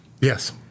Yes